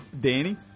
Danny